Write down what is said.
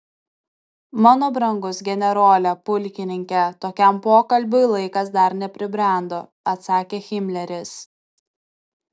mano brangus generole pulkininke tokiam pokalbiui laikas dar nepribrendo atsakė himleris